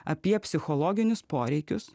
apie psichologinius poreikius